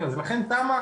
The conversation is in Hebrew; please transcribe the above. לכן תמ"א